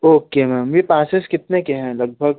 okay ma'am ये passes कितने के हैं लगभग